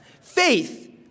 Faith